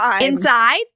inside